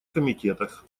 комитетах